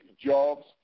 jobs